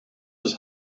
his